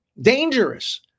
dangerous